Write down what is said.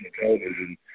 television